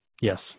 yes